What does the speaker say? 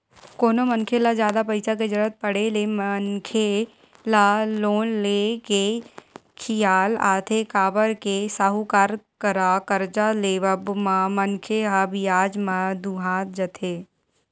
कोनो मनखे ल जादा पइसा के जरुरत पड़े ले मनखे ल लोन ले के खियाल आथे काबर के साहूकार करा करजा लेवब म मनखे ह बियाज म दूहा जथे